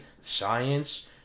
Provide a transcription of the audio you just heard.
science